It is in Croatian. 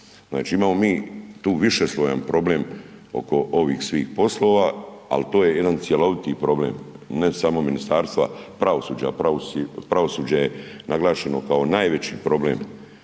Znači imamo mi tu višeslojan problem oko ovih svih poslova ali to je jedan cjeloviti problem, ne samo Ministarstva pravosuđa, a pravosuđe je naglašeno kao najveći problema